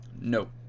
Nope